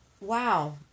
wow